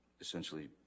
essentially